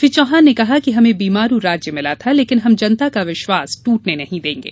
श्री चौहान ने कहा कि हमें बीमारू राज्य मिला था लेकिन हम जनता का विश्वास दूटने नहीं देंगे